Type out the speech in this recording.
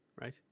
right